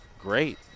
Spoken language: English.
great